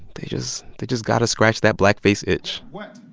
they just they just got to scratch that blackface itch what?